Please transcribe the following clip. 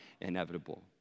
inevitable